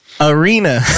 arena